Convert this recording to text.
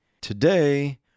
today